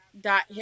dot